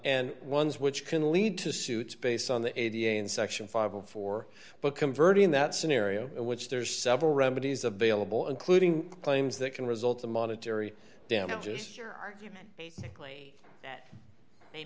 and ones which can lead to suits based on the a d n section five of four but converting that scenario which there's several remedies available including claims that can result in monetary damages your argument basically that they